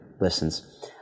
listens